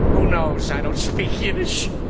who knows? i don't speak yiddish.